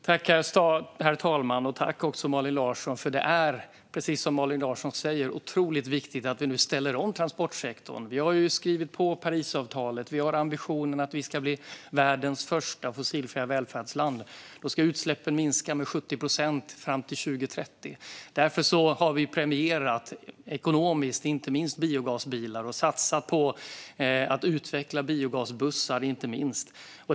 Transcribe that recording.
Herr talman! Det är, precis som Malin Larsson säger, otroligt viktigt att vi nu ställer om transportsektorn. Vi har ju skrivit på Parisavtalet. Vi har också ambitionen att bli världens första fossilfria välfärdsland. Då ska utsläppen minska med 70 procent fram till 2030. Därför har vi inte minst premierat biogasbilar ekonomiskt och satsat på att utveckla biogasbussar.